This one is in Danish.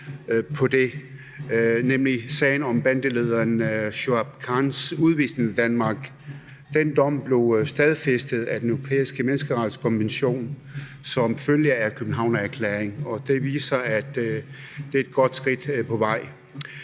uge, nemlig i sagen om bandelederen Shuaib Khans udvisning af Danmark. Den dom blev stadfæstet af Den Europæiske Menneskerettighedskonvention som følge af Københavnererklæringen. Det viser, at det er et godt skridt på vejen.